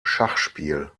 schachspiel